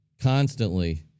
constantly